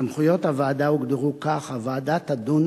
סמכויות הוועדה הוגדרו כך: הוועדה תדון